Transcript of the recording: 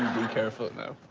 be careful now.